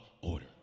order